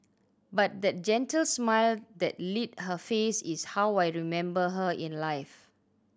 but that gentle smile that lit her face is how I remember her in life